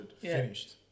finished